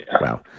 Wow